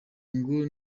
ngo